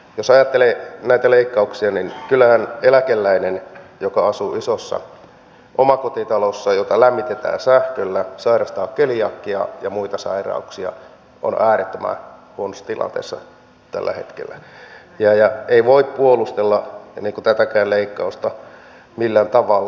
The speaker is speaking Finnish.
jos ajattelee näitä leikkauksia niin kyllähän eläkeläinen joka asuu isossa omakotitalossa jota lämmitetään sähköllä ja joka sairastaa keliakiaa ja muita sairauksia on äärettömän huonossa tilanteessa tällä hetkellä ja ei voi puolustella tätäkään leikkausta millään tavalla